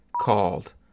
called